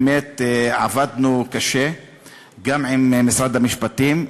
באמת עבדנו קשה גם עם משרד המשפטים,